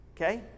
Okay